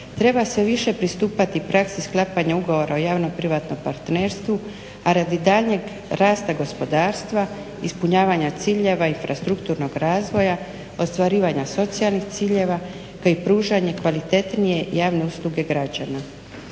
treba sve više pristupati praksi sklapanja ugovora o javno-privatno partnerstvu a radi daljnjeg rasta gospodarstva, ispunjavanja ciljeva, infrastrukturnog razvoja, ostvarivanja socijalnih ciljeva kao i pružanje kvalitetnije javne usluge građana.